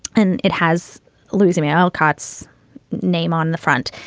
and it has losing alcott's name on the front.